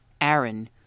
Aaron